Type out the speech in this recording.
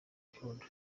rukundo